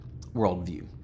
worldview